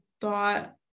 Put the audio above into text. thought